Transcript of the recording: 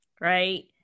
right